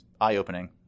eye-opening